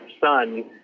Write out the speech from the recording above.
son